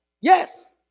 Yes